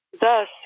Thus